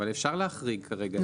אבל אפשר להחריג כרגע להבנתי.